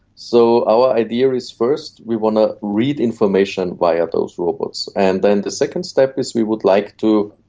so our idea is first we what to read information via those robots. and then the second step is we would like to,